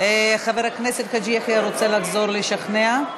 חבר הכנסת חאג' יחיא רוצה לחזור לשכנע.